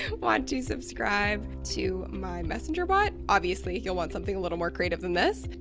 want to subscribe to my messenger bot? obviously you'll want something a little more creative than this.